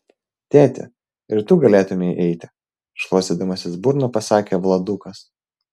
tėti ir tu galėtumei eiti šluostydamasis burną pasakė vladukas